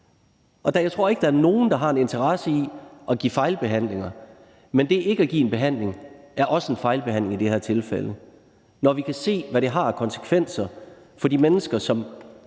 Jeg tror ikke, der er nogen, der har en interesse i at give fejlbehandlinger, men det ikke at give en behandling er også en fejlbehandling i det her tilfælde. Når vi kan se, hvad det har af konsekvenser for de mennesker,